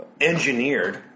Engineered